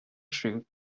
truth